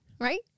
Right